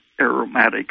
aromatic